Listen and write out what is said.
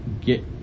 get